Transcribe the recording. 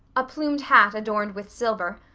a plumed hat adorned with silver,